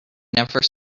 never